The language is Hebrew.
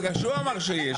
בגלל שהוא אמר שיש.